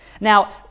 Now